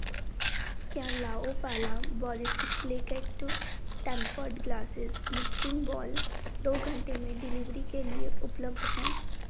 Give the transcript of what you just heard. क्या Laopala borosilicate tempered glasses mixing bowl दो घंटे में डिलीवरी के लिए उपलब्ध है